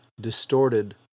distorted